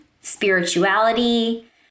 spirituality